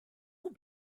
will